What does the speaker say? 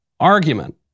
argument